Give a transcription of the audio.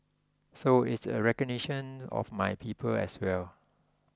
so it's a recognition of my people as well